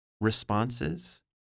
responses